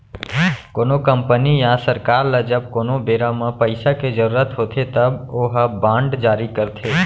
कोनो कंपनी या सरकार ल जब कोनो बेरा म पइसा के जरुरत होथे तब ओहा बांड जारी करथे